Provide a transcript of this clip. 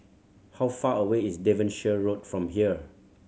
how far away is Devonshire Road from here